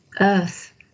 earth